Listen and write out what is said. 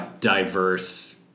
diverse